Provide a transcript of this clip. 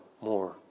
more